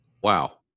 Wow